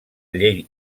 llei